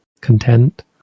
content